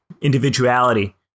individuality